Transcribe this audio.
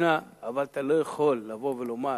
אבל אתה לא יכול לבוא ולומר,